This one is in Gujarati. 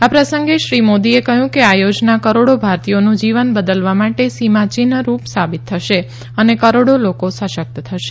આ પ્રસંગે શ્રી મોદીએ કહ્યું કે આ યોજના કરોડો ભારતીયોનું જીવન બદલવા માટે સીમાયિન્હરૂપ સાબિત થશે અને કરોડો લોકો સશકત થશે